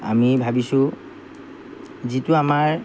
আমি ভাবিছোঁ যিটো আমাৰ